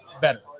better